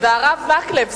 והרב מקלב.